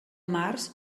març